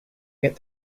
get